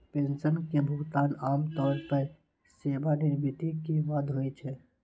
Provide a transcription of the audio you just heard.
pension के भुगतान आम तौर पर सेवानिवृत्ति के बाद होइ छै